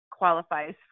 qualifies